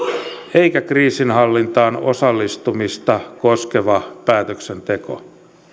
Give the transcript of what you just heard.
eikä kriisinhallintaan osallistumista koskeva päätöksenteko